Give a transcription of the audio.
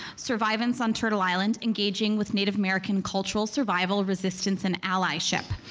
survivance on turtle island, engaging with native american cultural survival, resistance and allyship.